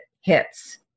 hits